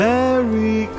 Merry